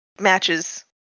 matches